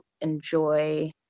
enjoy